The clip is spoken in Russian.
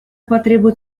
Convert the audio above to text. потребует